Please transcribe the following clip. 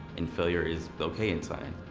and failure is okay in science.